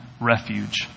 refuge